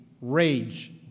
rage